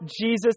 Jesus